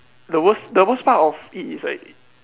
the worst the worst part of it is like